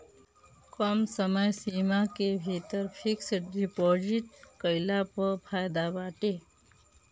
कम समय सीमा के भीतर फिक्स डिपाजिट कईला पअ फायदा बाटे